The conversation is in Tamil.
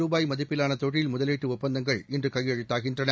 ரூபாய் மதிப்பிலானதொழில் முதலீட்டுஒப்பந்தங்கள் இன்றுகையெழுத்தாகின்றன